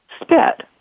spit